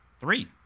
three